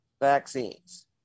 vaccines